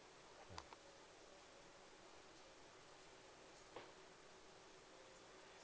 mm